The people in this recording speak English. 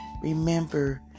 Remember